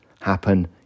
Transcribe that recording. happen